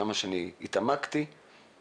ועד כמה שהתעמקתי, הם